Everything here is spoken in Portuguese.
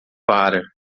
para